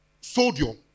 sodium